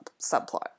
subplot